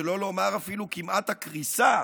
שלא לומר אפילו כמעט הקריסה,